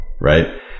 right